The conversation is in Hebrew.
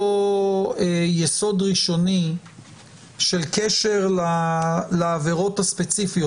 יסוד ראשוני של קשר לעבירות הספציפיות?